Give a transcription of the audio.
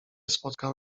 spotkał